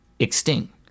Extinct